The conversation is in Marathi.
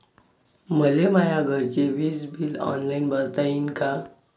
मले माया घरचे विज बिल ऑनलाईन भरता येईन का?